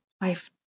life